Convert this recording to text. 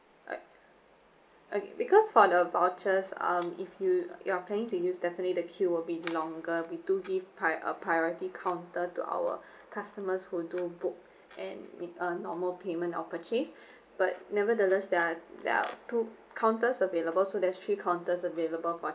right okay because for the vouchers um if you you're planning to use definitely the queue will be longer we do give pri~ a priority counter to our customers who do book and make a normal payment or purchase but nevertheless there are there are two counters available so there's three counters available for